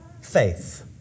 faith